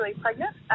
pregnant